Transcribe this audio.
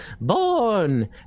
born